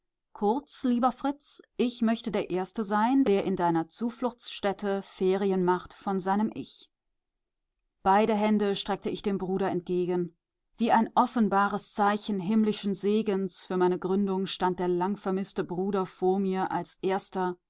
kurz lieber fritz ich möchte der erste sein der in deiner zufluchtsstätte ferien macht von seinem ich beide hände streckte ich dem bruder entgegen wie ein offenbares zeichen himmlischen segens für meine gründung stand der langvermißte bruder vor mir als erster